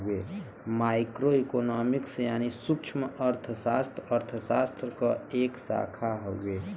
micro economics यानी सूक्ष्मअर्थशास्त्र अर्थशास्त्र क एक शाखा हउवे